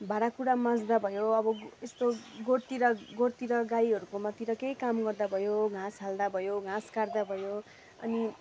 भाँडा कुडा माझ्दा भयो अब यस्तो गोठतिर गोठतिर गाईहरूकोमातिर केही काम गर्दा भयो घाँस हाल्दा भयो घाँस काट्दा भयो अनि